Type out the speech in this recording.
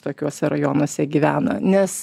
tokiuose rajonuose gyvena nes